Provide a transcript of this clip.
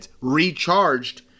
recharged